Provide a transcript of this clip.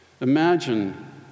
Imagine